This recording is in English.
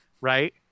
right